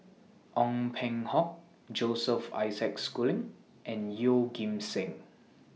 Ong Peng Hock Joseph Isaac Schooling and Yeoh Ghim Seng